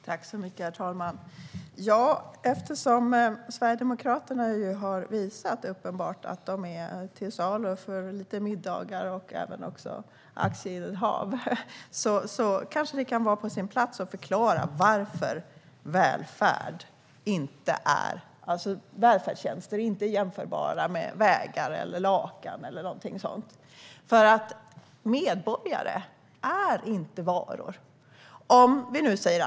Herr talman! Eftersom Sverigedemokraterna tydligt har visat att de är till salu för lite middagar och aktieinnehav kan det vara på sin plats att förklara varför välfärdstjänster inte är jämförbara med vägar, lakan eller något sådant. Medborgare är nämligen inte varor.